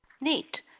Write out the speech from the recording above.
Neat